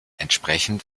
entsprechend